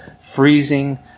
freezing